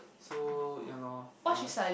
so ya lor plus